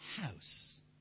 house